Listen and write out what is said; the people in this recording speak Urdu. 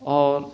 اور